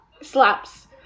slaps